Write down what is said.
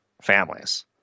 families